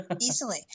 easily